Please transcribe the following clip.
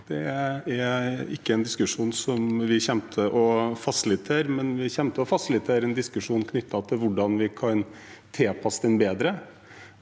Det er ikke en diskusjon som vi kommer til å fasilitere. Men vi kommer til å fasilitere en diskusjon knyttet til hvordan vi kan tilpasse den bedre,